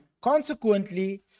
Consequently